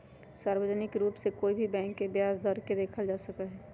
सार्वजनिक रूप से कोई भी बैंक के ब्याज दर के देखल जा सका हई